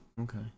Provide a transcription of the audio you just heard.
Okay